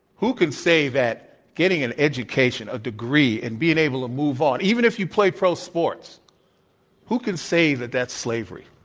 who can say that getting an education, a degree, and being able to move on even if you play pro sports who can say that that's slavery?